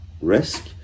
risk